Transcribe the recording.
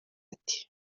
ati